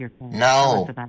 no